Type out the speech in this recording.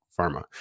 Pharma